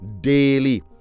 Daily